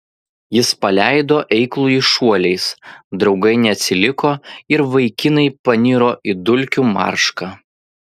jis paleido eiklųjį šuoliais draugai neatsiliko ir vaikinai paniro į dulkių maršką